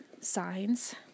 signs